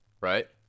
right